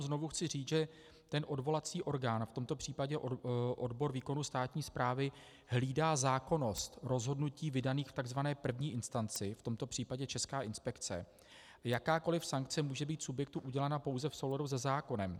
Znovu chci říct, že odvolací orgán, v tomto případě odbor výkonu státní správy, hlídá zákonnost rozhodnutí vydaných v takzvané první instanci, v tomto případě Česká inspekce, jakákoliv sankce může být subjektu udělena pouze v souladu se zákonem.